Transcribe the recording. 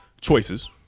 choices